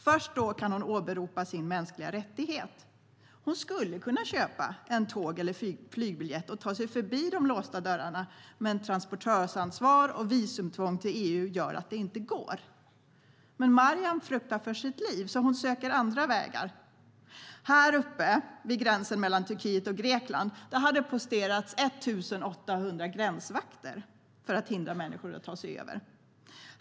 Först då kan hon åberopa sin mänskliga rättighet. Hon skulle kunna köpa en tåg eller flygbiljett och ta sig förbi de låsta dörrarna, men transportörsansvar och visumtvång till EU gör att det inte går. Men Maryam fruktar för sitt liv, så hon söker andra vägar. Häruppe - vid gränsen mellan Turkiet och Grekland - har det posterats 1 800 gränsvakter för att hindra människor att ta sig över.